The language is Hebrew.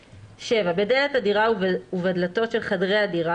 (7) בדלת הדירה ובדלתות של חדרי הדירה,